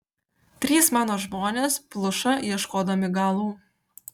trys mano žmonės pluša ieškodami galų